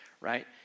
right